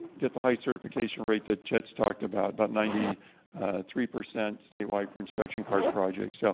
get the high certification rate that chet's talked about, about ninety three percent statewide for inspection card projects. so